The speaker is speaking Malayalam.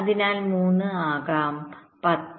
അതിനാൽ 3 ആകാം 10